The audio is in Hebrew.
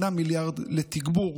מיליארד לתגבור